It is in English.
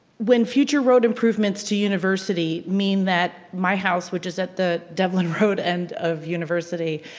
when future road improvements to university mean that my house which is at the devlin road end of university,